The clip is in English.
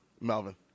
Melvin